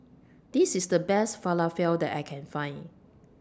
This IS The Best Falafel that I Can Find